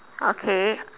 okay